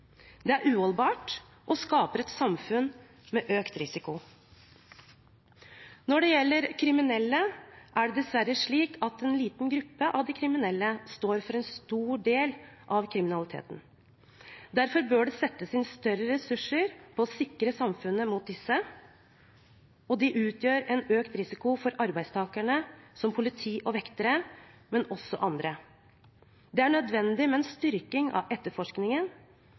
Det er uholdbart og skaper et samfunn med økt risiko. Når det gjelder kriminelle, er det dessverre slik at en liten gruppe av de kriminelle står for en stor del av kriminaliteten. Derfor bør det settes inn større ressurser på å sikre samfunnet mot disse, og de utgjør en økt risiko for arbeidstakere som politi og vektere, men også for andre. Det er nødvendig med en styrking av etterforskningen,